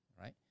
right